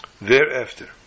thereafter